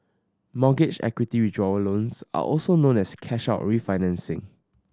mortgage equity withdrawal loans are also known as cash out refinancing